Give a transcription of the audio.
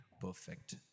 perfect